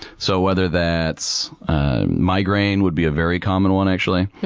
so, whether that's a migraine would be a very common one actually.